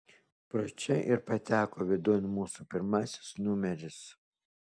pro čia ir pateko vidun mūsų pirmasis numeris